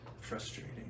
frustrating